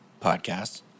podcasts